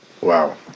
Wow